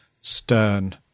stern